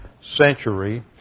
century